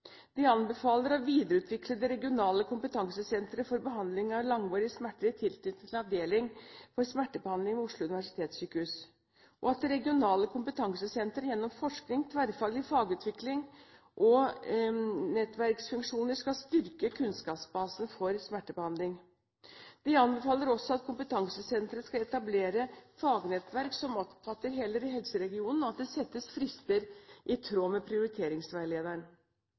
De anbefaler å videreutvikle det regionale kompetansesenteret for behandling av langvarige smerter i tilknytning til avdeling for smertebehandling ved Oslo universitetssykehus, og det regionale kompetansesenteret kan gjennom forskning, tverrfaglig fagutvikling og nettverksfunksjoner styrke kunnskapsbasen for smertebehandling. De anbefaler også at kompetansesenteret skal etablere fagnettverk som omfatter hele helseregionen, at det settes frister i tråd med